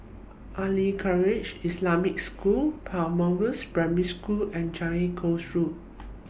Khairiah Islamic School Primary School and Changi Coast Road